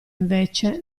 invece